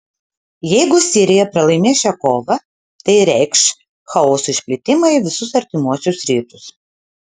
jeigu sirija pralaimės šią kovą tai reikš chaoso išplitimą į visus artimuosius rytus